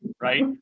right